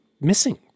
missing